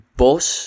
boss